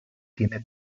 tiene